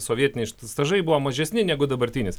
sovietiniai štažai buvo mažesni negu dabartinis